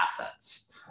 assets